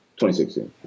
2016